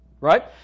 Right